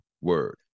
word